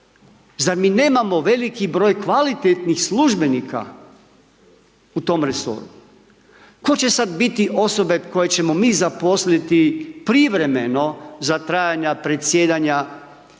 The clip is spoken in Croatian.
Zar mi nemamo veliki broj kvalitetnih službenika u tom resoru? Tko će sad biti osobe koje ćemo mi zaposliti privremeno za trajanja predsjedanja